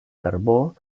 carbó